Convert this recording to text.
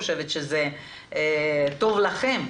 אני חושבת שזה טוב לכם.